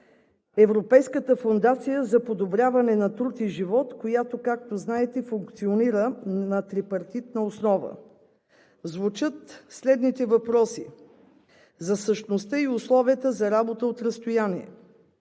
Европейската фондация за подобряване на труд и живот, която, както знаете, функционира на трипартитна основа. Звучат следните въпроси: за същността и условията за работа от разстояние,